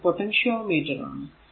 ഇത് potentiometer ആണ്